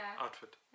Outfit